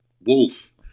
Wolf